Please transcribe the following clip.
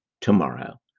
tomorrow